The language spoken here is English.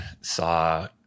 saw